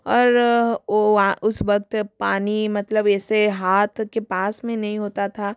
और वो उस वक़्त पानी मतलब ऐसे हाथ के पास में नहीं होता था